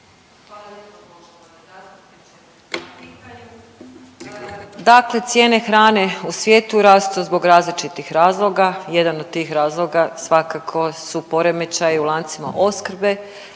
uključena./… dakle cijene hrane u svijetu rastu zbog različitih razloga, jedan od tih razloga svakako su poremećaji u lancima opskrbe